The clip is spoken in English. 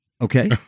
okay